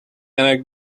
and